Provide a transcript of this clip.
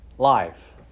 Life